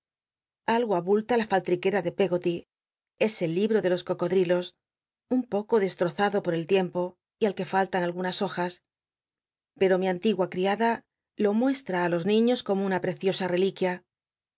algo abulla la falli'ique'a de pcggot y es el libro de los cocodrilos un poco destrozado po el tiempo y al que fallan algunas hojas pero mi antigua criada lo muestra li los niños como una preciosa reliquia